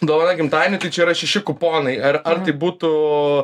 dovana gimtadienio tai čia yra šeši kuponai ar ar tai būtų